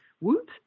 Woot